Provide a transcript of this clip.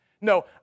No